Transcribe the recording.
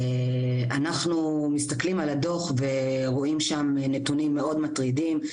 אנחנו מסתכלים על הדו"ח ורואים שם נתונים מאוד מטרידים,